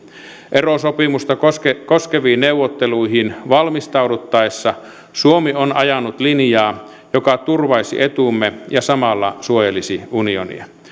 erosopimusta koskeviin koskeviin neuvotteluihin valmistauduttaessa suomi on ajanut linjaa joka turvaisi etumme ja samalla suojelisi unionia